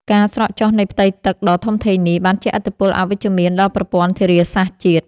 ការស្រកចុះនៃផ្ទៃទឹកដ៏ធំធេងនេះ បានជះឥទ្ធិពលអវិជ្ជមានដល់ប្រព័ន្ធធារាសាស្ត្រជាតិ។